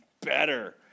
better